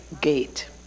gate